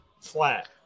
flat